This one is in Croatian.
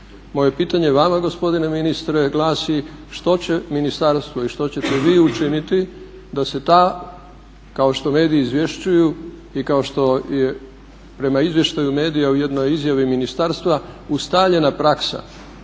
Moje pitanje vama gospodine ministre glasi, što će ministarstvo i što ćete vi učiniti da se ta kao što mediji izvješćuju i kao što je prema izvještaju medija u jednoj izjavi ministarstva ustaljena praksa